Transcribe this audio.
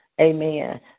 Amen